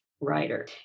writer